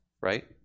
right